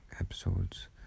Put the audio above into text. episodes